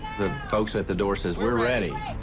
the folks at the door says, we're ready.